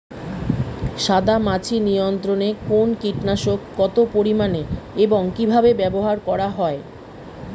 সাদামাছি নিয়ন্ত্রণে কোন কীটনাশক কত পরিমাণে এবং কীভাবে ব্যবহার করা হয়?